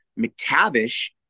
McTavish